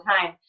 time